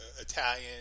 Italian